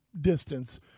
distance